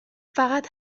فقط